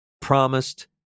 promised